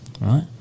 right